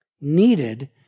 needed